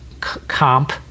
comp